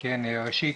ראשית,